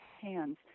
Hands